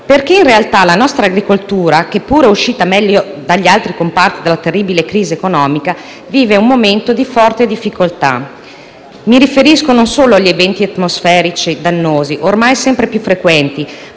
perché la nostra agricoltura, che pure è uscita meglio rispetto ad altri comparti dalla terribile crisi economica, vive un momento di forte difficoltà. Mi riferisco non solo agli eventi atmosferici dannosi, ormai sempre più frequenti,